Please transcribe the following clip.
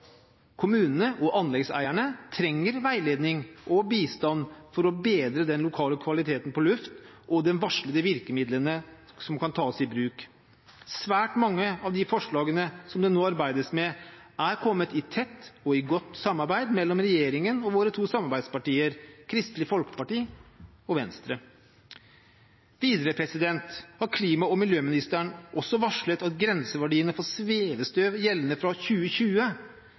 Kommunene og anleggseierne trenger veiledning og bistand for å bedre den lokale luftkvaliteten og for at varslede virkemidler kan tas i bruk. Svært mange av de forslagene som det nå arbeides med, er kommet i tett og godt samarbeid mellom regjeringen og våre to samarbeidspartier, Kristelig Folkeparti og Venstre. Videre har klima- og miljøministeren også varslet at grenseverdiene for svevestøv gjeldende fra 2020